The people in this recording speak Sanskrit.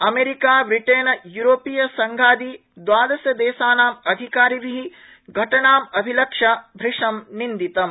अमेरिका ब्रिटेन यूरोपीय संघादि द्वादशदेशानां अधिकारिभि घटनामभिलक्ष्य भृंशं निन्दितम्